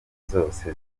zose